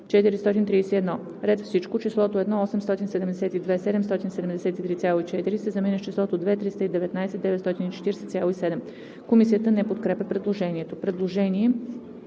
431; - ред Всичко – числото 1 872 773,4 се заменя с числото 2 319 940,7.“ Комисията не подкрепя предложението.